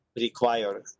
require